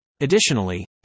Additionally